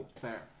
Fair